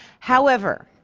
however,